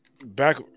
back